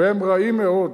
והם רעים מאוד.